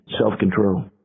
self-control